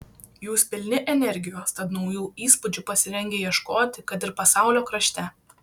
jūs pilni energijos tad naujų įspūdžių pasirengę ieškoti kad ir pasaulio krašte